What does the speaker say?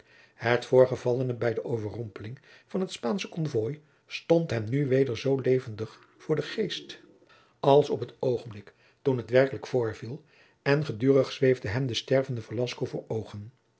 het voorgevallene bij de overrompeling van t spaansch konvooi stond hem nu weder zoo levendig voor den geest als op het oogenblik toen het werkelijk voorviel en gedurig zweefde hem de stervende velasco voor oogen